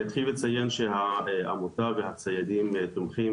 אני אתחיל ואציין שהעמותה והציידים תומכים